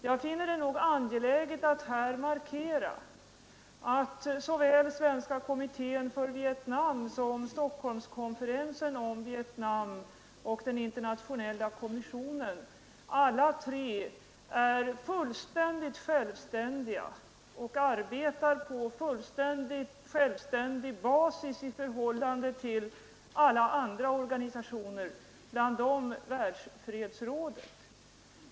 Jag finner det angeläget att här markera att såväl Svenska kommittén för Vietnam, Stockholmskonferensen om Vietnam som den internationella undersökningskommissionen är fullt självständiga och arbetar på helt självständig basis i förhållande till alla andra organisationer, bland dem Världsfredsrådet.